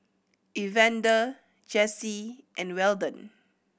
Evander Jesse and Weldon